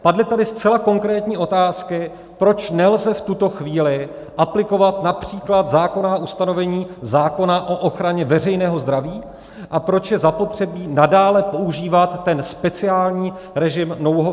Padly tady zcela konkrétní otázky, proč nelze v tuto chvíli aplikovat například zákonná ustanovení zákona o ochraně veřejného zdraví a proč je zapotřebí nadále používat ten speciální režim nouzového stavu.